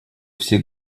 все